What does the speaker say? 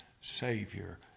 Savior